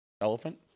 Elephant